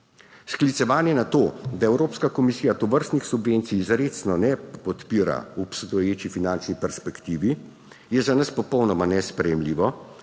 Sklicevanje na to, da Evropska komisija tovrstnih subvencij izrecno ne podpira v obstoječi finančni perspektivi, je za nas popolnoma nesprejemljivo,